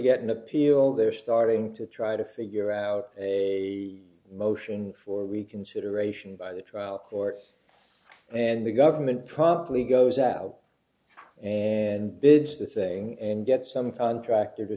get an appeal they're starting to try to figure out a motion for reconsideration by the trial court and the government probably goes out and bids the thing and get some contractor